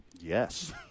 Yes